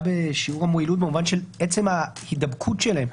בשיעור המועילות במובן של עצם ההידבקות שלהם,